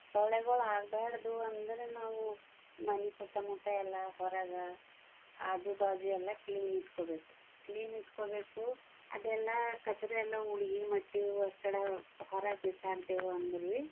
ಸೊಳ್ಳೆಗಳು ಆಗ್ಬಾಡ್ದು ಅಂದರೆ ನಾವು ಮನೆ ಸುತ್ತಮುತ್ತ ಎಲ್ಲ ಹೊರಗೆ ಆಜುಬಾಜು ಎಲ್ಲ ಕ್ಲೀನ್ ಇಟ್ಕೋಬೇಕು ಕ್ಲೀನ್ ಇಟ್ಕೋಬೇಕು ಅದೆಲ್ಲ ಕಚ್ಡ ಎಲ್ಲ ಉಡ್ಗಿ ಮಟ್ಟೆವು ಎಕ್ಕಡ ಹೊರಗೆ ಬಿಸಾಡಿದೆವು ಅಂದ್ರೂ ಬೀ